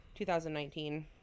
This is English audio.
2019